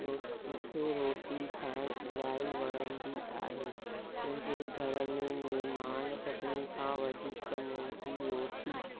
रो मूंखे रोटी ठाहिणु इलाही वणंदी आहे मुंहिंजे घर में महिमान सभिनी खां वधीक मुंहिंजी रोटी